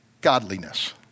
godliness